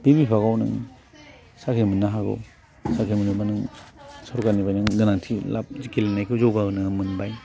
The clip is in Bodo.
बे बिभागआव नों साख्रि मोननो हागौ साख्रि मोनोबा नों सोरखारनिफ्राय नों गोनांथि लाब गेलेनायखौ जौगा होनो मोनबाय